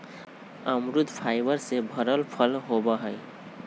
अमरुद फाइबर से भरल फल होबा हई